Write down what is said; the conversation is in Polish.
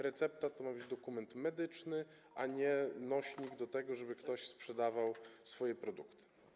Recepta to ma być dokument medyczny, a nie nośnik do tego, żeby ktoś sprzedawał swoje produkty.